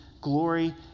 glory